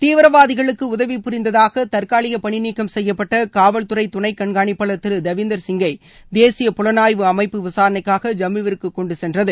தீவிரவாதிகளுக்கு உதவி புரிந்ததாக தற்காலிக பணி நீக்சும் செய்யப்பட்ட காவல்துறை துணை கண்காணிப்பாளர் திரு தேவிந்திர் சிங்கை தேசிய புலனாய்வு அமைப்பு விசாரணைக்காக ஜம்முவிற்கு கொண்டு சென்றது